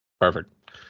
Perfect